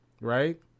right